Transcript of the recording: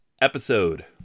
episode